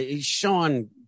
sean